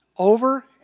over